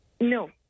No